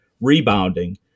rebounding